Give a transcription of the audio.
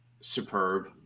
superb